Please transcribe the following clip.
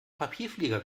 papierflieger